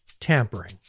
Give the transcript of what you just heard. tampering